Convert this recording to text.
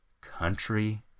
country